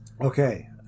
okay